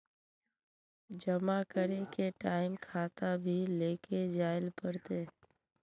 जमा करे के टाइम खाता भी लेके जाइल पड़ते?